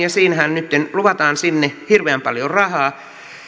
ja sinnehän nytten luvataan hirveän paljon rahaa